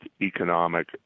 economic